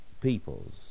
peoples